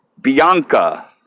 Bianca